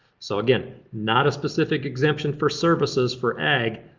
so again, not a specific exemption for services for ag.